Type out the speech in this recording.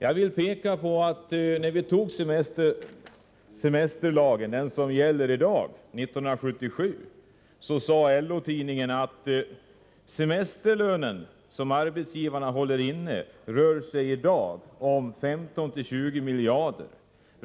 Jag vill peka på, att när vi 1977 antog den semesterlag som gäller i dag skrev LO-Tidningen följande: ”Semesterlönen som arbetsgivarna håller inne rör sig i dag om 15-20 miljarder.